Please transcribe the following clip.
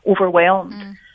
overwhelmed